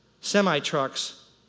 semi-trucks